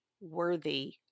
worthy